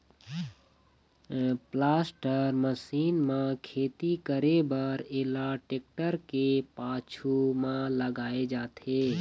planter machine म खेती करे बर एला टेक्टर के पाछू म लगाए जाथे